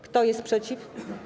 Kto jest przeciw?